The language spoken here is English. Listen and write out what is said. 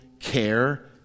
Care